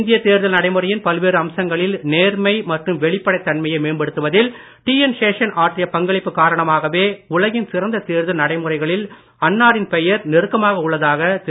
இந்திய தேர்தல் நடைமுறையின் பல்வேறு அம்சங்களில் நேர்மை மற்றும் வெளிப்படத்தன்மையை மேம்படுத்துவதில் டிஎன் சேஷன் ஆற்றிய பங்களிப்பு காரணமாகவே உலகின் சிறந்த தேர்தல் நடைமுறைகளில் அன்னாரின் பெயர் நெருக்கமாக உள்ளதாக திரு